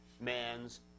man's